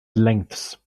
lengths